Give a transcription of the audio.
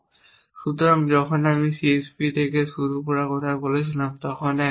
সুতরাং যখন আমি CSPতে শুরু করার কথা বলছিলাম তখন একটি জিনিস